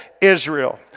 Israel